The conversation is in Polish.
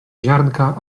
ziarnka